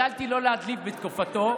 למה לא,